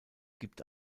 gibt